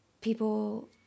people